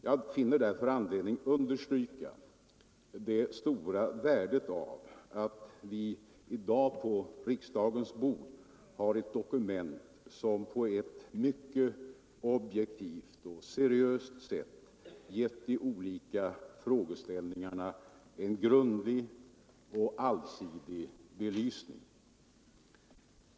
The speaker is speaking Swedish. Jag finner därför anledning understryka det stora värdet av att vi i dag på riksdagens bord har ett dokument som på ett mycket objektivt och seriöst sätt gett de olika frågeställningarna en grundlig och allsidig belysning.